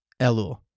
Elul